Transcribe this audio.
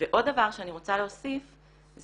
ועוד דבר שאני רוצה להוסיף זה